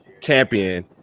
champion